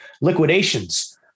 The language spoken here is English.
liquidations